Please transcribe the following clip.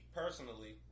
personally